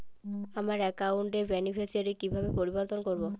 আমার অ্যাকাউন্ট র বেনিফিসিয়ারি কিভাবে পরিবর্তন করবো?